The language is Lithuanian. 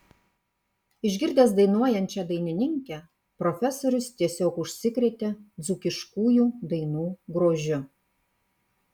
išgirdęs dainuojančią dainininkę profesorius tiesiog užsikrėtė dzūkiškųjų dainų grožiu